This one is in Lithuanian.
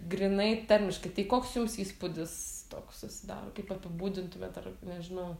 grynai tarmiškai tai koks jums įspūdis toks susidaro kaip apibūdintumėt ar nežinau